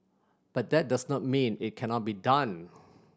but that does not mean it cannot be done